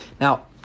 Now